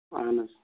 اہن حظ